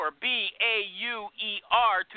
B-A-U-E-R